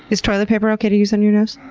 is toilet paper okay to use on your nose?